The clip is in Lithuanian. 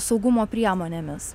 saugumo priemonėmis